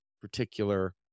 particular